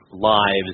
lives